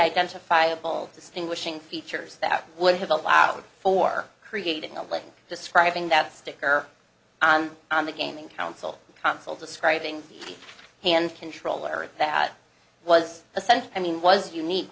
identifiable distinguishing features that would have allowed for creating a link describing that sticker on on the gaming council console describing the hand controller if that was the sense i mean was unique